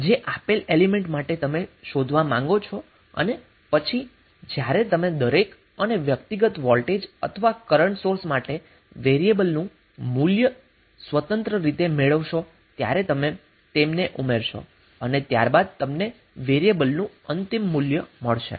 જે આપેલ એલીમેન્ટ માટે તમે શોધવા માંગો છો અને પછી જ્યારે તમે દરેક અને વ્યક્તિગત વોલ્ટેજ અથવા કરન્ટ સોર્સ માટે વેરીએબલનું મૂલ્ય સ્વતંત્ર રીતે મેળવશો ત્યારે તમે તેમને ઉમેરશો અને ત્યારબાદ તમને વેરીએબલનું અંતિમ મૂલ્ય મળશે